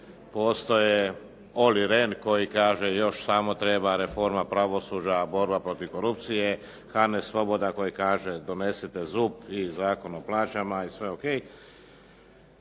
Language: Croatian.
postoje Oli Rehn koji kaže još samo treba reforma pravosuđa, borba protiv korupcije, Hanes Svoboda koji kaže donesite ZUP i Zakon o plaćama i sve O.K.